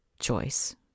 choice